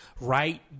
right